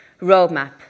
Roadmap